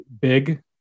big